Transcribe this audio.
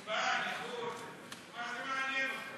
קצבה נכות, מה זה מעניין אותם?